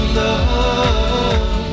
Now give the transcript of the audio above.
love